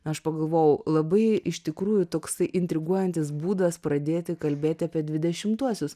aš pagalvojau labai iš tikrųjų toksai intriguojantis būdas pradėti kalbėti apie dvidešimtuosius